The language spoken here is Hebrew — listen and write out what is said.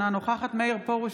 אינה נוכחת מאיר פרוש,